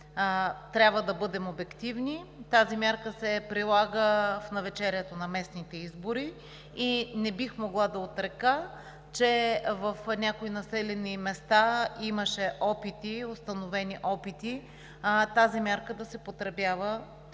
Трябва да бъдем обективни. Тази мярка се прилага в навечерието на местните избори и не бих могла да отрека, че в някои населени места имаше установени опити тази мярка да се потребява